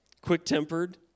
quick-tempered